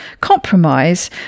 compromise